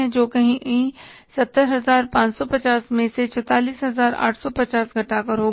जो कहीं 70550 मे से 44850 घटाकर होगा